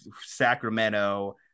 Sacramento